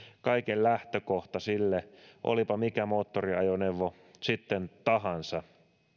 kaiken lähtökohta sille olipa mikä moottoriajoneuvo sitten tahansa